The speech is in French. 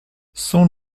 cent